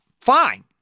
fine